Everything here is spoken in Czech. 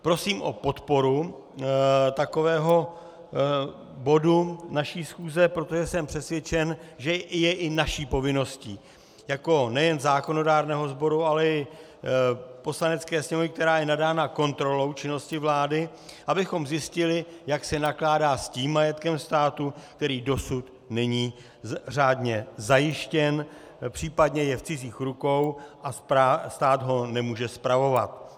Prosím o podporu takového bodu naší schůze, protože jsem přesvědčen, že je i naší povinností, jako nejen zákonodárného sboru, ale i Poslanecké sněmovny, která je nadána kontrolou činnosti vlády, abychom zjistili, jak se nakládá s tím majetkem státu, který dosud není řádně zajištěn, případně je v cizích rukou, a stát ho nemůže spravovat.